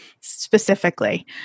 specifically